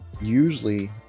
usually